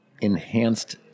enhanced